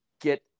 get